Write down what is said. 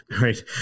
right